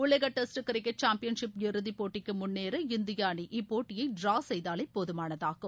உலக test cricket championship இறுதி போட்டிக்கு முன்னேற இந்திய அணி இப்போட்டியை டிரா செய்தாலே போதுமானதாகும்